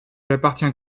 appartient